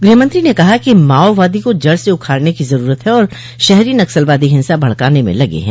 गूहमंत्री ने कहा कि माओवादी को जड़ से उखाड़ने की जरूरत है और शहरी नक्सलवादी हिंसा भड़काने में लगे हैं